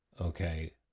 Okay